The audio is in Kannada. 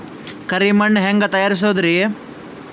ಕರಿ ಮಣ್ ಹೆಂಗ್ ತಯಾರಸೋದರಿ?